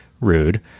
rude